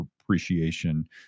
appreciation